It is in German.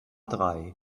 drei